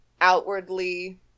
outwardly